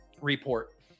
report